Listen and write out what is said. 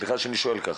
סליחה שאני שואל ככה.